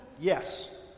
Yes